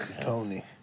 Tony